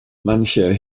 manche